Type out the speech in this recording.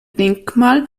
denkmal